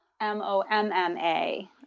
M-O-M-M-A